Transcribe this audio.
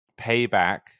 payback